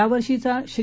यावर्षीचा श्री